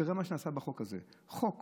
תראה מה שנעשה בחוק הזה, חוק